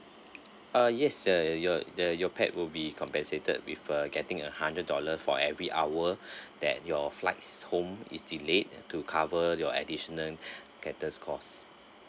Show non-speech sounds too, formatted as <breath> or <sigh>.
ah yes uh your uh your pet will be compensated with uh getting a hundred dollar for every hour <breath> that your flights home is delayed to cover your additional <breath> gather's cost